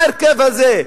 מה ההרכב הזה?